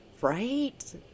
Right